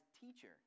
teacher